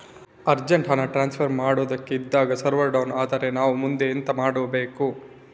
Urgent ಹಣ transfer ಮಾಡೋದಕ್ಕೆ ಇದ್ದಾಗ ಸರ್ವರ್ ಡೌನ್ ಆದರೆ ನಾವು ಮುಂದೆ ಎಂತ ಮಾಡಬೇಕು?